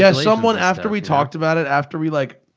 yeah someone. after we talked about it after we like,